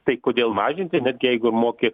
tai kodėl mažinti net jeigu moki